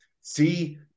see